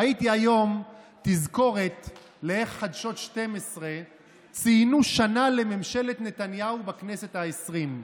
ראיתי היום תזכורת לאיך חדשות 12 ציינו שנה לממשלת נתניהו בכנסת העשרים.